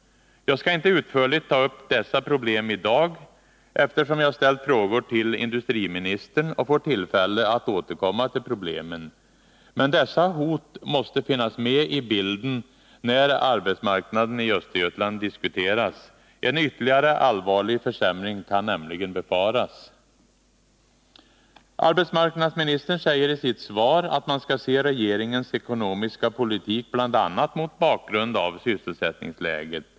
Jag skall inte utförligt ta upp dessa problem i dag, eftersom jag ställt frågor till industriministern och får tillfälle att återkomma till problemen. Men dessa hot måste finnas med i bilden när arbetsmarknaden i Östergötland diskuteras. En ytterligare allvarlig försämring kan nämligen befaras. Arbetsmarknadsministern säger i sitt svar att man skall se regeringens ekonomiska politik bl.a. mot bakgrund av sysselsättningsläget.